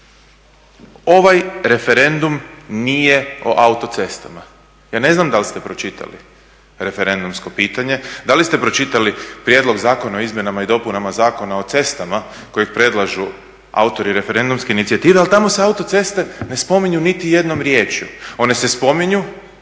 ovaj referendum nije o autocestama. Ja ne znam dal ste pročitali referendumsko pitanje, da li ste pročitali prijedlog Zakona o izmjenama i dopunama Zakona o cestama kojeg predlažu autori referendumske inicijative, ali tamo se autoceste ne spominju niti jednom riječju. One se spominju